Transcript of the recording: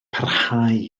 parhau